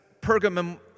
Pergamum